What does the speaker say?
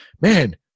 man